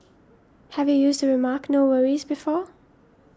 have you used the remark no worries before